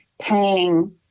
paying